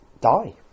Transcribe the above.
die